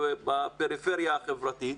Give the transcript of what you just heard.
לפריפריה החברתית.